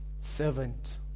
servant